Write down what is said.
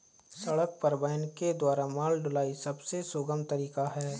सड़क परिवहन के द्वारा माल ढुलाई सबसे सुगम तरीका है